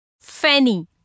Fanny